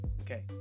Okay